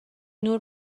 نور